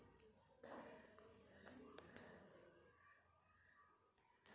loan ತಗೊಂಡು ವಾಪಸೆನ್ ತುಂಬ್ತಿರ್ತಿವಲ್ಲಾ ಅದು ನಾವ್ ತಗೊಂಡ್ ಅಸ್ಲಿಗಿಂತಾ ಜಾಸ್ತಿನ ಆಕ್ಕೇತಿ